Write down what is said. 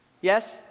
Yes